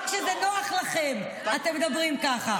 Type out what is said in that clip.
רק כשזה נוח לכם אתם מדברים ככה.